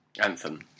Anthem